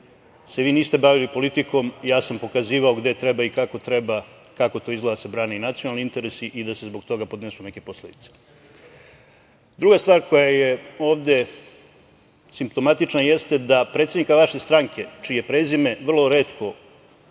se vi niste bavili politikom, gde treba i kako to izgleda da se brane nacionalni interes i da se zbog toga podnesu neke posledice. Druga stvar koja je ovde simptomatična, jeste da predsednika vaše stranke, čije prezime vrlo retko